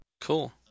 cool